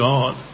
God